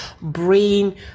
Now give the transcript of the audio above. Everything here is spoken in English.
brain